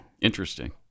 Interesting